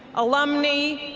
alumni,